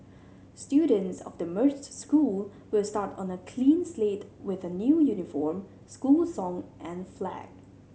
students of the merged school will start on a clean slate with a new uniform school song and flag